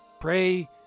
pray